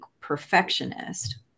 perfectionist